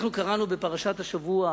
אנחנו קראנו בפרשת השבוע: